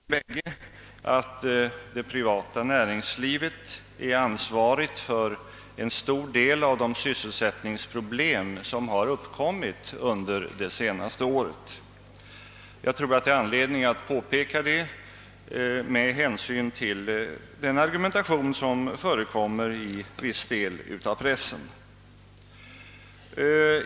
Herr talman! Jag tror att det finns en viss likhet mellan den bedömning av dessa frågor som jag har gjort och dem som inrikesministern har gjort i sitt följande anförande. Vi anser tydligen bägge att det privata näringslivet är ansvarigt för en stor del av de sysselsättningsproblem som har uppkommit under det senaste året. Det finns anledning att påpeka det med hänsyn till den argumentation som föres i viss del av pressen.